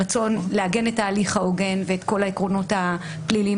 הרצון לעגן את ההליך ההוגן ואת כל העקרונות הפליליים